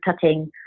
cutting